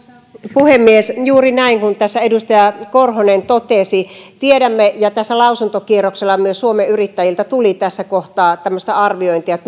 puhemies juuri näin kuin tässä edustaja korhonen totesi tiedämme tästä ja tässä lausuntokierroksella myös suomen yrittäjiltä tuli tässä kohtaa tämmöistä arviointia